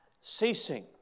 ceasing